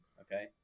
okay